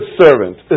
servant